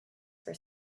for